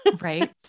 Right